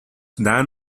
than